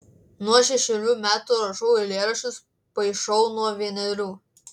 nuo šešerių metų rašau eilėraščius paišau nuo vienerių